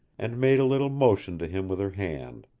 and made a little motion to him with her hand.